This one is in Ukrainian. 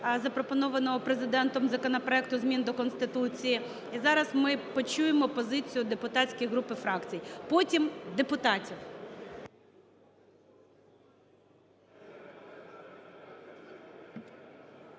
запропонованого Президентом законопроекту змін до Конституції. І зараз ми почуємо позицію депутатських груп і фракцій, потім – депутатів.